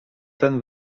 ten